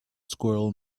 squirrel